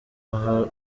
aho